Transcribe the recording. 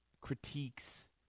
critiques